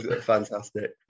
Fantastic